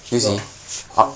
ya qua~